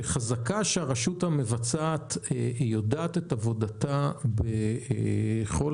שחזקה שהרשות המבצעת יודעת את עבודתה בשאלה